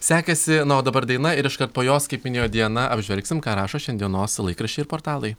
sekėsi na o dabar daina ir iškart po jos kaip minėjo diena apžvelgsim ką rašo šiandienos laikraščiai ir portalai